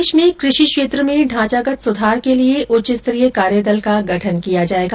देश में कृषि क्षेत्र में ढांचा गत सुधार के लिए उच्च स्तरीय कार्यदल का गठन किया जाएगा